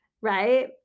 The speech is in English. right